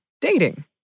dating